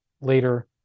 later